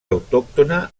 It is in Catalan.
autòctona